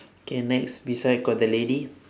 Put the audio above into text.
okay next beside got the lady